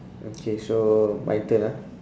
okay so my turn ah